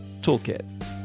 toolkit